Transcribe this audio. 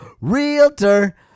realtor